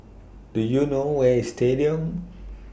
Do YOU know Where IS Stadium